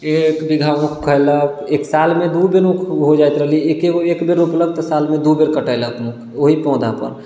एक बीघा ऊख कैलक एक सालमे दू बेर ऊख हो जाइत रहलैए एकेगो एक बेर रोपलक तऽ सालमे दू बेर कटैलक ऊख ओहि पौधा पर